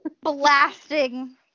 blasting